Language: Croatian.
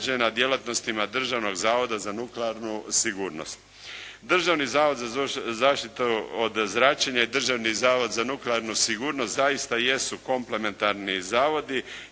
djelatnostima Državnog zavoda za nuklearnu sigurnost. Državni zavod za zaštitu od zračenja i Državni zavod za nuklearnu sigurnost zaista jesu komplementarni zavodi